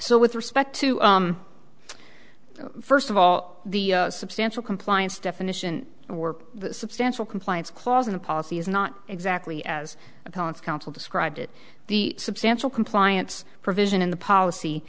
so with respect to first of all the substantial compliance definition were substantial compliance clause and policy is not exactly as opponents counsel described it the substantial compliance provision in the policy